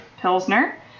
Pilsner